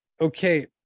Okay